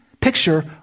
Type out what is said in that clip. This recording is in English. picture